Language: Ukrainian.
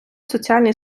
соціальний